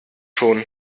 schon